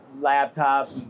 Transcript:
laptop